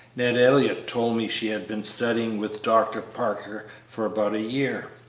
ned elliott told me she had been studying with dr. parker for about a year.